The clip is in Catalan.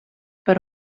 per